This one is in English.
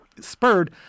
spurred